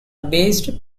based